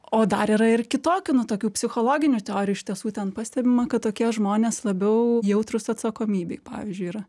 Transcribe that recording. o dar yra ir kitokių nu tokių psichologinių teorijų iš tiesų ten pastebima kad tokie žmonės labiau jautrūs atsakomybei pavyzdžiui yra